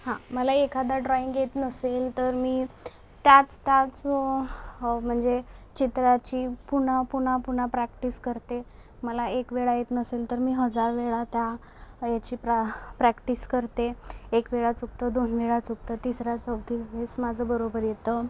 हां मला एखादा ड्रॉइंग येत नसेल तर मी त्याच त्याच म्हणजे चित्राची पुन्हा पुन्हा पुन्हा प्रॅक्टिस करते मला एक वेळा येत नसेल तर मी हजारवेळा त्या याचि प्रा प्रॅक्टिस करते एक वेळा चुकतं दोन वेळा चुकतं तिसरा चौथी वेळेस माझं बरोबर येतं